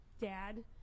dad